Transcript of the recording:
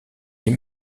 des